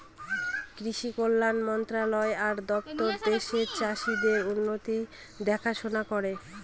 কৃষি কল্যাণ মন্ত্রণালয় আর দপ্তর দেশের চাষীদের উন্নতির দেখাশোনা করে